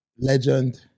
legend